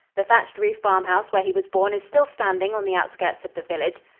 the thatched roof farmhouse where he was born is still standing on the outskirts of the village.